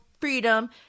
freedom